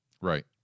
Right